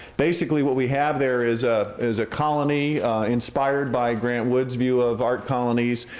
basically what we have there is ah is a colony inspired by grant wood's view of art colonies,